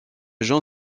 jean